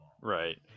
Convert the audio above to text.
Right